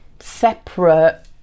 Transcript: separate